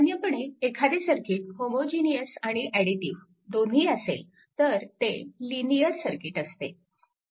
सामान्यपणे एखादे circuit homogeneous आणि ऍडिटिव्ह दोन्ही असेल तर ते लिनिअर सर्किट असते